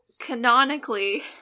canonically